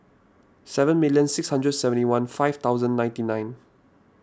seven million six hundred seventy one five thousand ninety nine